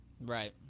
Right